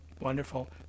wonderful